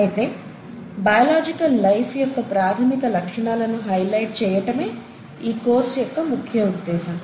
అయితే biological life యొక్క ప్రాథమిక లక్షణాలను హైలైట్ చేయటమే ఈ కోర్స్ యొక్క ముఖ్య ఉద్దేశం